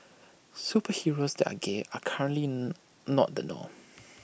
superheroes that are gay are currently not the norm